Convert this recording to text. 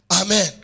Amen